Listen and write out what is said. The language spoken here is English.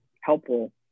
helpful